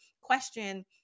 question